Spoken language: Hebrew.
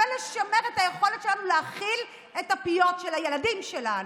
ולשמר את היכולת שלנו להאכיל את הפיות של הילדים שלנו.